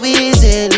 easy